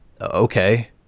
okay